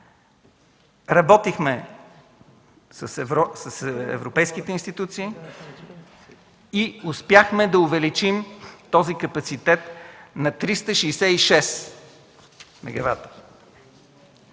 Работихме с европейските институции и успяхме да увеличим този капацитет на 366 мегавата.